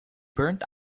burnt